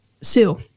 Sue